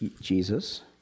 Jesus